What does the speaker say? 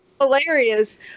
hilarious